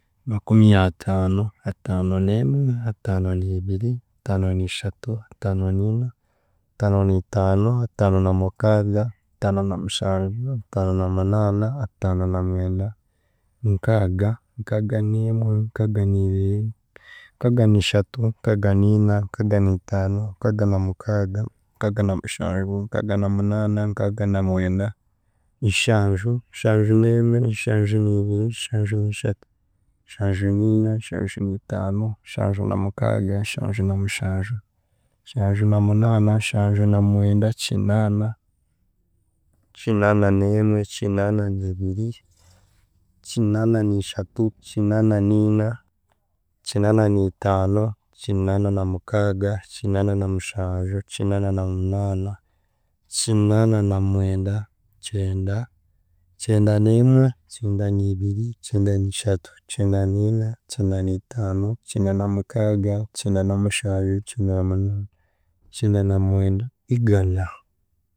Makumyataano, Ataanoneemwe, Ataanoniibiri, Ataanoniishatu, Ataanoniina, Ataanoniitaano, Ataanonamukaaga, Ataanonamushanju, Ataanonamunaana, Ataanonamwenda, Nkaaga, Nkaaganeemwe, Nkaaganiibiri, Nkaaganiishatu, Nkaaganiina, Nkaaganiitaano, Nkaaganamukaaga, Nkaaganamushanju, Nkaaganamunaana, Nkaaganamwenda, Nshanju, Nshanjuneemwe, Nshanjuniibiri, Nshanjuniishatu, Nshanjuniina, Nshanjuniitaano, Nshanjunamukaaga, Nshanjunamushanju, Nshanjunamunaana, Nshanjunamwenda, Kinaana, Kinaananeemwe, Kinaananiibiri, Kinaananiishatu, Kinaananiina, Kinaananiitaano, Kinaananamukaaga, Kinaananamushanju Kinaananamunaana, Kinaananamwenda, Kyenda, Kyendaneemwe, Kyendaniibiri, Kyendaniishatu, Kyendaniina, Kyendaniitaano, Kyendanamukaaga, Kyendanamushanju, Kyendanamunaana, Kyendanamwenda, Igana.